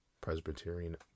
Presbyterian